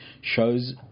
shows